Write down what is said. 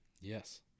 Yes